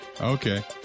Okay